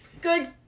good